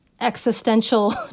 existential